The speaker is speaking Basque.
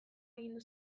agindu